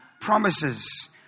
promises